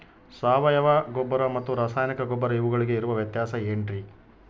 ಸಾವಯವ ಗೊಬ್ಬರ ಮತ್ತು ರಾಸಾಯನಿಕ ಗೊಬ್ಬರ ಇವುಗಳಿಗೆ ಇರುವ ವ್ಯತ್ಯಾಸ ಏನ್ರಿ?